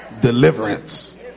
deliverance